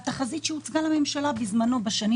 והתחזית שהוצגה לממשלה בזמנו בשנים